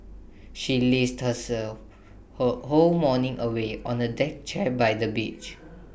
she lazed her whole morning away on A deck chair by the beach